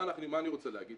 מה אני רוצה להגיד?